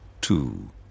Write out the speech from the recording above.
two